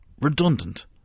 redundant